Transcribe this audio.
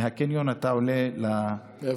מהקניון אתה עולה, איפה?